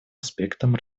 аспектам